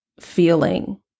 feeling